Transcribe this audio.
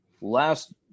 last